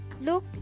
Look